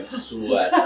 sweat